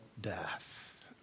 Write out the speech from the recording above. death